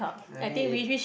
let me